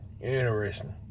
Interesting